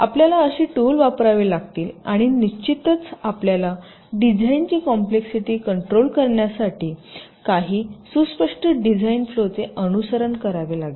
आपल्याला अशी टूल वापरावी लागतील आणि निश्चितच आपल्याला डिझाइनची कॉम्प्लेक्ससिटी कंट्रोल करण्यासाठी काही सुस्पष्ट डिझाइन फ्लोचे अनुसरण करावे लागेल